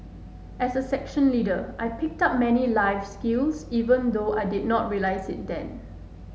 as a section leader I picked up many life skills even though I did not realise it then